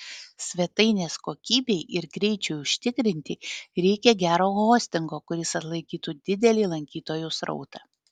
svetainės kokybei ir greičiui užtikrinti reikia gero hostingo kuris atlaikytų didelį lankytojų srautą